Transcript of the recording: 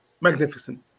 magnificent